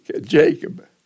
Jacob